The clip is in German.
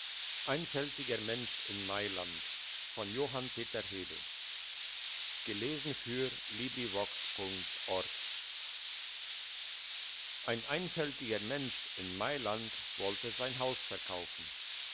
einfältiger mensch in mailand ein einfältiger mensch in mailand wollte sein haus verkaufen